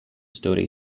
story